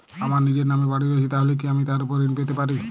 আমার নিজের নামে বাড়ী রয়েছে তাহলে কি আমি তার ওপর ঋণ পেতে পারি?